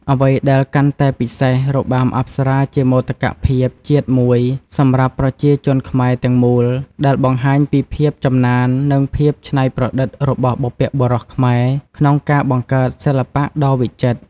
អ្វីដែលកាន់តែពិសេស របាំអប្សរាជាមោទកភាពជាតិមួយសម្រាប់ប្រជាជនខ្មែរទាំងមូល ដែលបង្ហាញពីភាពចំណាន និងភាពច្នៃប្រឌិតរបស់បុព្វបុរសខ្មែរក្នុងការបង្កើតសិល្បៈដ៏វិចិត្រ។